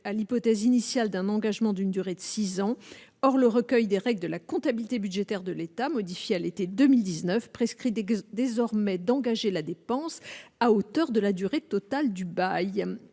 à l'hypothèse initiale d'un engagement d'une durée de 6 ans, or le recueil des règles de la comptabilité budgétaire de l'État, modifié à l'été 2019 prescrite désormais d'engager la dépense à hauteur de la durée totale du bail